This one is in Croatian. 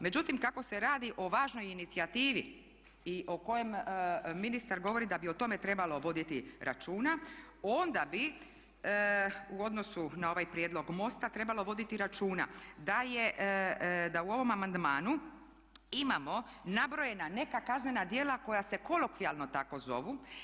Međutim, kako se radi o važnoj inicijativi i o kojoj ministar govori da bi o tome trebalo voditi računa onda bi u odnosu na ovaj prijedlog MOST-a trebalo voditi računa da je, da u ovom amandmanu imamo nabrojena neka kaznena djela koja se kolokvijalno tako zovu.